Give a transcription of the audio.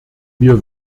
wir